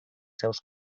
seus